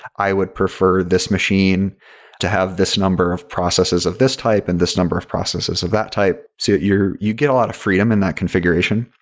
i would preferred this machine to have this number of processes of this type and this number of processes of that type. so you get a lot of freedom in that configuration.